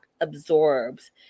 absorbs